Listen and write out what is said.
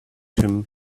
him